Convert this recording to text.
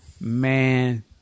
man